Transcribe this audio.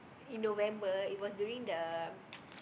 in November it was during the